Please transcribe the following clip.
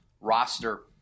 roster